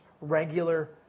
regular